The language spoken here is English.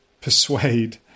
persuade